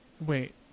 wait